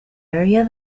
area